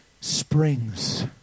springs